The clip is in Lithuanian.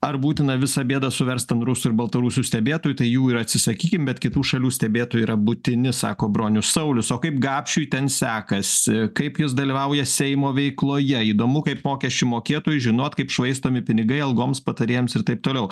ar būtina visą bėdą suverst ant rusų ir baltarusių stebėtojų tai jų ir atsisakykim bet kitų šalių stebėtojai yra būtini sako bronius saulius o kaip gapšiui ten sekasi kaip jis dalyvauja seimo veikloje įdomu kaip mokesčių mokėtojui žinot kaip švaistomi pinigai algoms patarėjams ir taip toliau